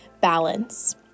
balance